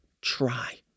try